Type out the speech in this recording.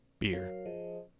Beer